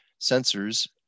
sensors